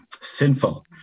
sinful